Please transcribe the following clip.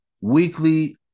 weekly